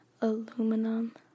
aluminum